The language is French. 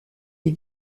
les